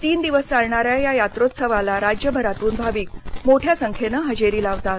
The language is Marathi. तीन दिवस चालणाऱ्या या यात्रोत्सवाला राज्यभरातून भाविक मोठ्या संख्येनं हजेरी लावतात